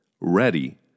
ready